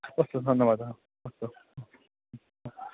अस्तु धन्यवादः अस्तु हा हा